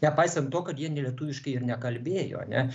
nepaisant to kad jie ne lietuviškai ir nekalbėjo ane